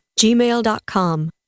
gmail.com